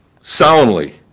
Soundly